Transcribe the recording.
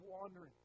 wandering